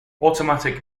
automatic